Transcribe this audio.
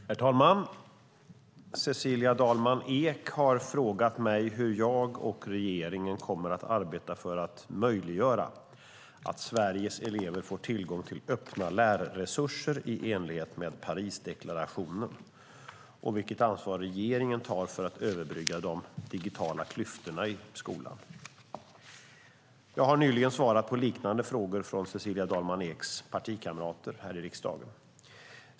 Herr talman! Cecilia Dalman Eek har frågat mig hur jag och regeringen kommer att arbeta för att möjliggöra att Sveriges elever får tillgång till öppna lärresurser i enlighet med Parisdeklarationen och vilket ansvar regeringen tar för att överbrygga de digitala klyftorna i skolan. Jag har nyligen svarat på liknande frågor från Cecilia Dalman Eeks partikamrater här i riksdagen.